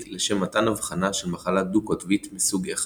לשם מתן אבחנה של מחלה דו-קוטבית מסוג I